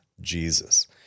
Jesus